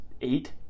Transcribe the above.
eight